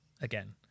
again